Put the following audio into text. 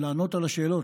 לענות על השאלות.